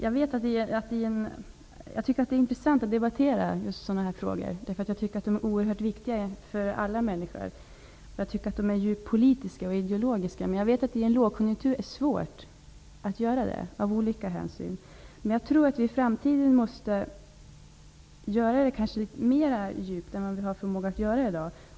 Herr talman! Jag tycker att det är intressant att debattera sådana här frågor. De är oerhört viktiga för alla människor, och de är djupt politiska och ideologiska. Jag vet att det i en lågkonjunktur är svårt att ta olika hänsyn, men jag tror att vi i framtiden måste engagera oss djupare än vi har förmåga att göra i dag.